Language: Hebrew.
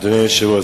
אדוני היושב-ראש,